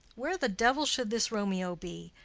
where the devil should this romeo be?